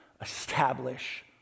establish